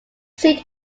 seat